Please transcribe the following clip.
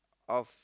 of